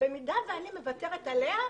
במידה ואני מוותרת עליה,